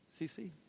CC